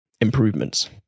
improvements